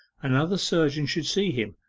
another surgeon should see him.